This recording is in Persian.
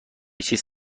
چیز